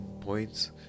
points